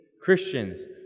Christians